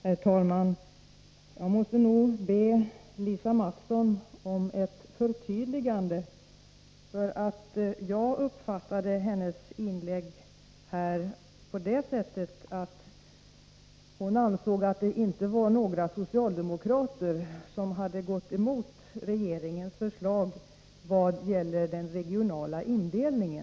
Herr talman! Jag måste be Lisa Mattson om ett förtydligande. Jag Onsdagen den uppfattade nämligen hennes inlägg på det sättet att hon ansåg att det inte var — 30) november 1983 några socialdemokrater som hade gått emot regeringens förslag beträffande den regionala indelningen.